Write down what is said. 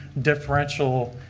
differential.